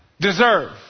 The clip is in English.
deserve